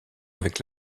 avec